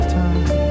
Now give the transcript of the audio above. time